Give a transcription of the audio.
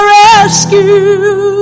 rescue